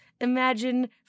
Imagine